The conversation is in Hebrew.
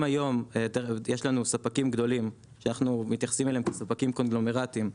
אם היום יש לנו ספקים גדולים שאנחנו מתייחסים אליהם כספקים קונגלומרטים,